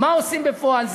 מה עושים בפועל?